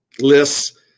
lists